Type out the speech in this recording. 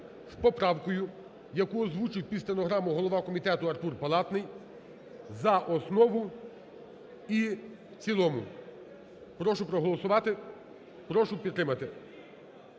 з поправкою, яку озвучив під стенограму голова комітету Артур Палатний за основу і в цілому. Прошу проголосувати, прошу підтримати.